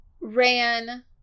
ran